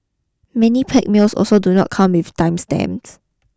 many packed meals also do not come with time stamps